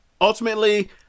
Ultimately